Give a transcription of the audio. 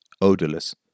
odorless